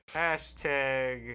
hashtag